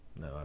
no